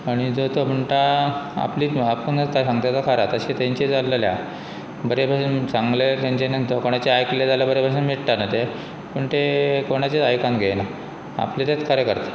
आनी जो तो म्हणटा आपलीच आपूणून सांगता ते खरें तशें तेंचे जालेलें बरें भशेन सांगले तांच्यानी कोणाचें आयकलें जाल्यार बरेें भशेन मिटता ना तें पूण ते कोणाचच आयकून घेयना आपलें तेंच खरें करता